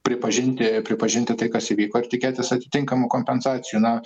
pripažinti pripažinti tai kas įvyko ir tikėtis atitinkamų kompensacijų na